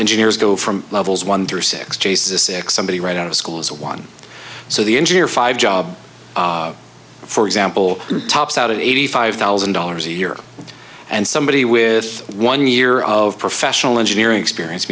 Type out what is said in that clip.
engineers go from levels one through six chases six somebody right out of school as a one so the engineer five job for example tops out at eighty five thousand dollars a year and somebody with one year of professional engineering experience